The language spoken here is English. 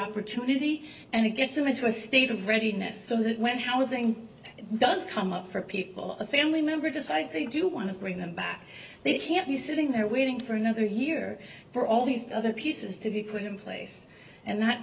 opportunity and it gets them into a state of readiness so that when housing does come up for people a family member does i think do want to bring them back they can't be sitting there waiting for another year for all these other pieces to be put in place and that